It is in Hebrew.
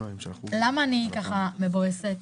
למה אני מבואסת?